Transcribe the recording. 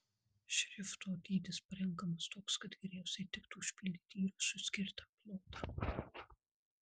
šrifto dydis parenkamas toks kad geriausiai tiktų užpildyti įrašui skirtą plotą